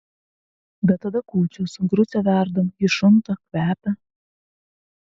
bet tada kūčios grucę verdam ji šunta kvepia